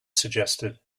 suggested